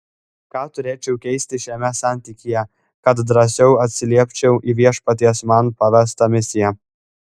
ką turėčiau keisti šiame santykyje kad drąsiau atsiliepčiau į viešpaties man pavestą misiją